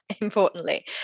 importantly